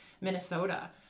Minnesota